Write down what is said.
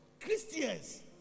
Christians